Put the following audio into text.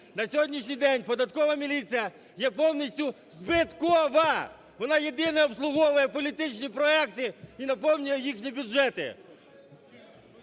На сьогоднішній день податкова міліція є повністю збиткова! Вона єдине обслуговує політичні проекти і наповнює їхні бюджети.